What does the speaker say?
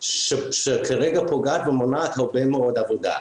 שכרגע פוגעת ומונעת הרבה מאוד עבודה.